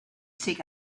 seek